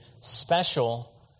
special